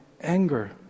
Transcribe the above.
anger